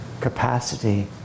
capacity